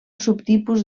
subtipus